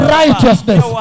righteousness